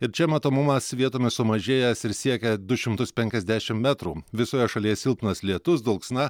ir čia matomumas vietomis sumažėjęs ir siekia du šimtus penkiasdešim metrų visoje šalies silpnas lietus dulksna